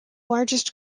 largest